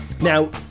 Now